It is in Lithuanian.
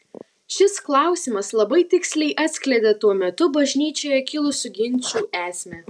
šis klausimas labai tiksliai atskleidė tuo metu bažnyčioje kilusių ginčų esmę